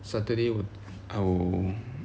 saturday what ow~